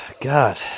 god